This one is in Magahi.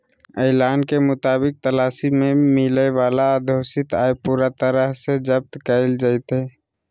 ऐलान के मुताबिक तलाशी में मिलय वाला अघोषित आय पूरा तरह से जब्त कइल जयतय